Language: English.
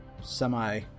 semi